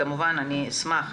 כמובן אשמח